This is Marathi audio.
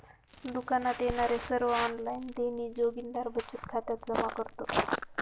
दुकानात येणारे सर्व ऑनलाइन देणी जोगिंदर बचत खात्यात जमा करतो